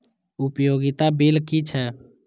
उपयोगिता बिल कि छै?